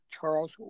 Charles